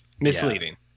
misleading